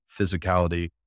physicality